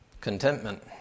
contentment